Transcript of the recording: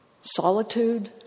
solitude